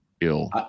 ill